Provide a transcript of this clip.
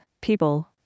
people